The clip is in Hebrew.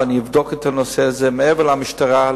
ואני אבדוק את הנושא הזה מעבר למשטרה.